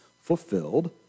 fulfilled